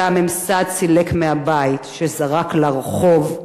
שהממסד סילק מהבית, שזרק לרחוב,